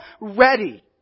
ready